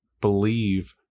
believe